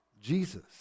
Jesus